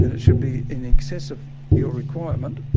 and it should be in excess of your requirement.